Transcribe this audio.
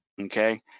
Okay